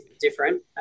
different